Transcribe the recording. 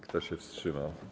Kto się wstrzymał?